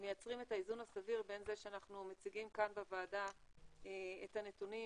מייצרים את האיזון הסביר בין זה שאנחנו מציגים כאן בוועדה את הנתונים,